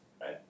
right